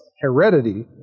heredity